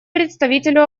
представителю